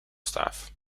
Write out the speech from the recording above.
staff